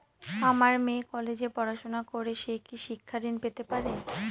আমার মেয়ে কলেজে পড়াশোনা করে সে কি শিক্ষা ঋণ পেতে পারে?